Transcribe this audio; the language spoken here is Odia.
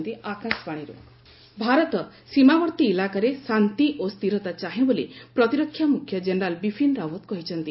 ବିପିନ ରାଓ୍ୱତ ଭାରତ ସୀମାବର୍ତ୍ତୀ ଇଲାକାରେ ଶାନ୍ତି ଓ ସ୍ଥିରତା ଚାହେଁ ବୋଲି ପ୍ରତିରକ୍ଷା ମୁଖ୍ୟ କେନେରାଲ ବିପିନ ରାଓ୍ୱତ କହିଛନ୍ତି